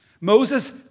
Moses